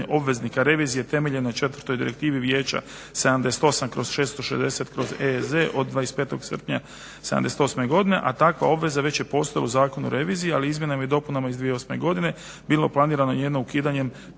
obveznika revizije temeljene na četvrtoj direktivi Vijeća 78/660/EZ od 25. srpnja '78. godine, a takva obveza već je postojala u Zakonu o reviziji, ali izmjenama i dopunama iz 2008. godine bilo je planirano njeno ukidanje